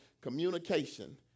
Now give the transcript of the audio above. communication